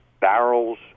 barrels